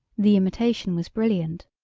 the imitation was brilliant.